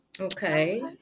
Okay